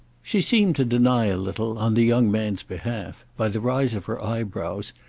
she seemed to deny a little, on the young man's behalf, by the rise of her eyebrows,